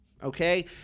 Okay